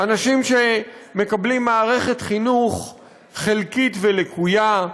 אנשים שמקבלים מערכת חינוך חלקית ולקויה,